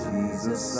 Jesus